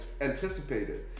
anticipated